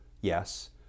yes